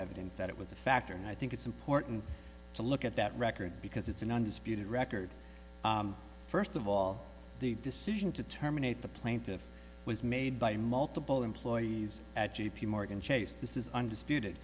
evidence that it was a factor and i think it's important to look at that record because it's an undisputed record first of all the decision to terminate the plaintiff was made by multiple employees at j p morgan chase this is undisputed